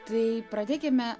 tai pradėkime